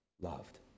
loved